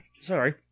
Sorry